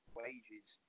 wages